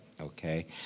okay